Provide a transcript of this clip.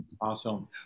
Awesome